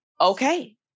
Okay